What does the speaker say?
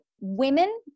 women